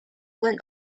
when